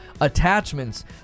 attachments